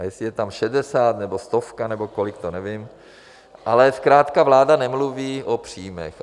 A jestli je tam šedesát nebo stovka nebo kolik, to nevím, ale zkrátka vláda nemluví o příjmech.